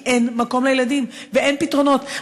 כי אין מקום לילדים ואין פתרונות,